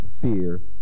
fear